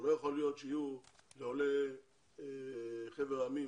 לא יכול להיות שיהיו לעולי חבר העמים